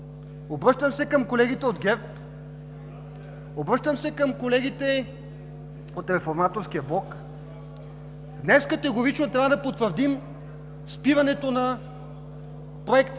Обръщам се към колегите от ГЕРБ, обръщам се и към колегите от Реформаторския блок. Днес категорично трябва да потвърдим спирането на проекта